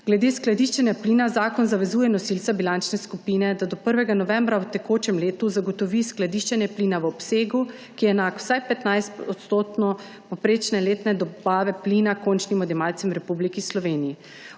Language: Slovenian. Glede skladiščenja plina zakon zavezuje nosilca bilančne skupine, da do 1. novembra v tekočem letu zagotovi skladiščenje plina v obsegu, ki je enak vsaj 15 % povprečne letne dobave plina končnim odjemalcem v Republiki Sloveniji.